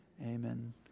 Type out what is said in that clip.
Amen